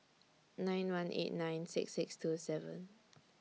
nine one eight nine six six two seven